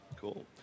Cool